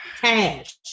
cash